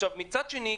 מצד שני,